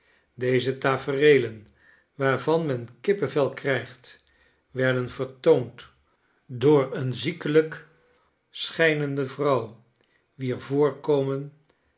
deze tafereelen waarvan men kippevel krijgt werden vertoond door een ziekelijk schijnende vrouw wier voorkomen